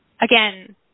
again